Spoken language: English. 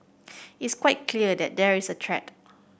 it's quite clear that there is a threat